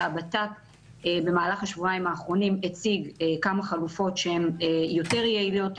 והמשרד לבט"פ במהלך השבועיים האחרונים הציג כמה חלופות שהן יותר יעילות,